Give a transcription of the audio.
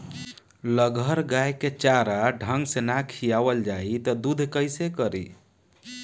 लगहर गाय के चारा ढंग से ना खियावल जाई त दूध कईसे करी